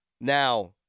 Now